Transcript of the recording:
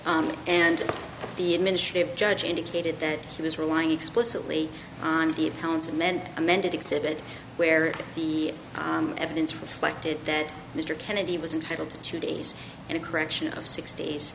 cooper and the administrative judge indicated that he was relying explicitly on the accounts of men amended exhibit where the evidence reflected that mr kennedy was entitle to two days and a correction of six